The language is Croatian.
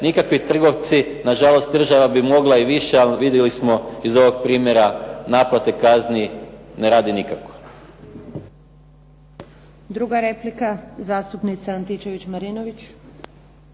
nikakvi trgovci. Nažalost država bi mogla i više ali vidjeli smo iz ovog primjera naplate kazni ne radi nikako. **Antunović, Željka (SDP)** Druga replika zastupnica Antičević Marinović.